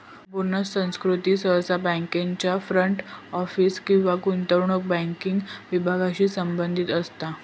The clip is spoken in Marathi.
बोनस संस्कृती सहसा बँकांच्या फ्रंट ऑफिस किंवा गुंतवणूक बँकिंग विभागांशी संबंधित असता